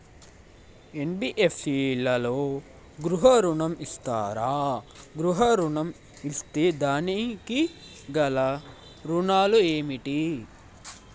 NBFC లలో గృహ ఋణం ఇస్తరా? గృహ ఋణం ఇస్తే దానికి గల షరతులు ఏమిటి?